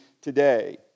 today